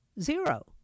Zero